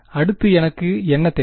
அடுத்து எனக்கு என்ன தேவை